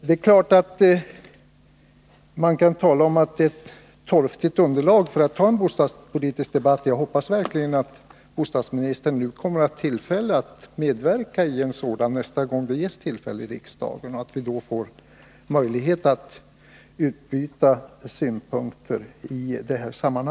Man kan givetvis anföra att min fråga är ett torftigt underlag för att vi nu skall föra en bostadspolitisk debatt, men jag hoppas verkligen att bostadsministern kommer att få möjlighet att medverka i en sådan nästan gång det ges tillfälle i riksdagen och att vi då får utbyta synpunkter i de här frågorna.